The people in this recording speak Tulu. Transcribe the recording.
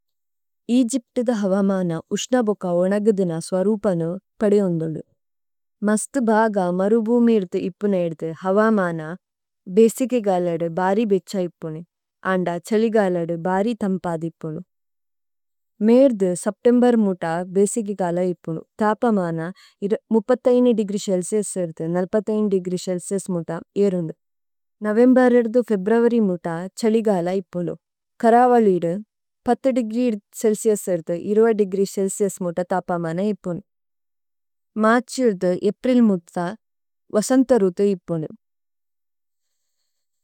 ഇജിപടിദ ഹവാമാനാ ഉശനബകാ ഉണഗദിനാ സവരഊപനു പഡിയഓനദലി। മസ్തഭാഗാ മരഉഭംമഇരദ ഇപനഇരദ ഹവാമാനാ ബഏസികികാലഡ ബാരിബിചാ ഇപനു ആണഡ ചളിഗാലഡ ബാരി തമപാ� തമപാധി ഇപനഁ മഇരദ സപടിമബര മംടാ ബഏസികികാലഡ ഇപനഁ താപമാനാ മുപ്പത് അഞ്ച് ഡിഗരി ശലസിയസരദ നാല്പത് അഞ്ച് ഡിഗരി ശലസിയ।